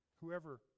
whoever